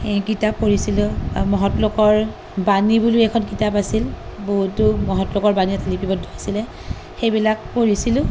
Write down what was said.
কিতাপ পঢ়িছিলোঁ মহৎলোকৰ বাণী বুলিও এখন কিতাপ আছিল বহুতো মহৎলোকৰ বাণী তাতে লিপিবদ্ধ আছিলে সেইবিলাক পঢ়িছিলোঁ